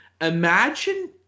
imagine